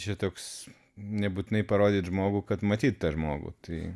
čia toks nebūtinai parodyt žmogų kad matyt tą žmogų tai